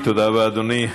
תודה רבה, אדוני.